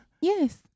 Yes